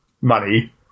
money